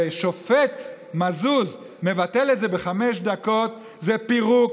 והשופט מזוז מבטל את זה בחמש דקות זה פירוק